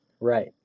Right